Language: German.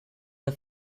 der